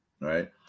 Right